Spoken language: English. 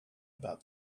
about